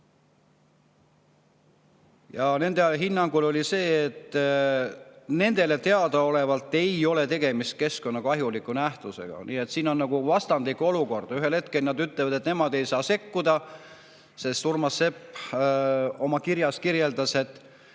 Nende hinnang oli see, et nendele teadaolevalt ei ole tegemist keskkonnakahjuliku nähtusega. Siin on nagu vastandlik olukord: ühel hetkel nad ütlevad, et nemad ei saa sekkuda. Urmas Sepp oma kirjas kirjeldas, et